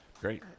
great